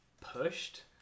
pushed